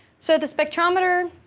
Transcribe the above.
so the spectrometer,